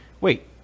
wait